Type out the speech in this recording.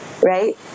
Right